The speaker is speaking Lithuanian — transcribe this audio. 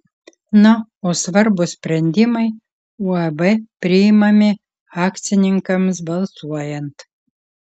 na o svarbūs sprendimai uab priimami akcininkams balsuojant